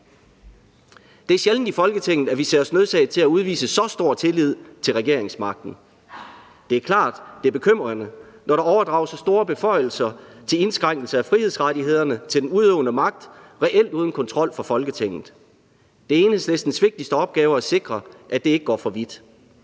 Det er sjældent, at vi i Folketinget ser os nødsaget til at udvise så stor tillid til regeringsmagten. Det er klart, at det er bekymrende, når der overdrages så store beføjelser til at indskrænke frihedsrettighederne til den udøvende magt, reelt uden kontrol for Folketinget. Det er Enhedslistens vigtigste opgave at sikre, at det ikke går for vidt.